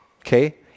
okay